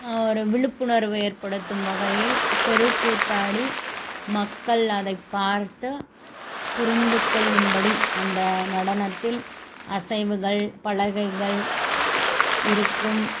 ஒரு விழிப்புணர்வு ஏற்படுத்தும் வகையில் தெருக்கூத்தாடி மக்கள் அதைப் பார்த்து புரிந்துக் கொள்ளும் படி அந்த நடனத்தில் அசைவுகள் பலகைகள் இருக்கும்